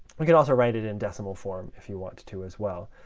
but can also write it in decimal form if you want to as well.